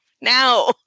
now